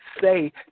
say